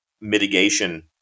mitigation